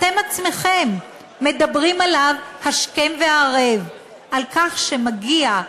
אתם עצמכם, מדברים עליו השכם והערב, על כך שמגיעות